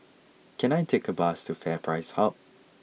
can I take a bus to FairPrice Hub